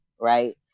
right